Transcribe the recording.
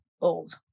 old